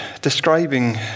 describing